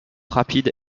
rapide